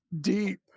deep